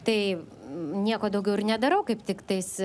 tai nieko daugiau ir nedarau kaip tiktais